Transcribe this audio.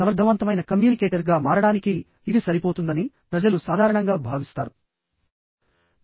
సమర్థవంతమైన కమ్యూనికేటర్గా మారడానికి ఇది సరిపోతుందని ప్రజలు సాధారణంగా భావిస్తారు